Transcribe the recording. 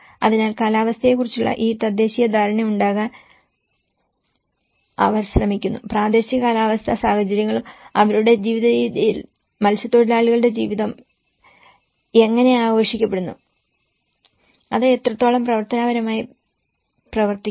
അതിനാൽ കാലാവസ്ഥയെക്കുറിച്ചുള്ള ഈ തദ്ദേശീയ ധാരണയുണ്ടാക്കാൻ അവർ ശ്രമിക്കുന്നു പ്രാദേശിക കാലാവസ്ഥാ സാഹചര്യങ്ങളും അവരുടെ ജീവിതരീതിയും മത്സ്യത്തൊഴിലാളിയുടെ ജീവിതം എങ്ങനെ ആഘോഷിക്കപ്പെടുന്നു അത് എത്രത്തോളം പ്രവർത്തനപരമായി പ്രവർത്തിക്കുന്നു